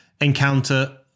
encounter